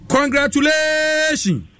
Congratulations